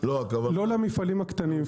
לא למפעלים הקטנים.